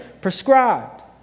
prescribed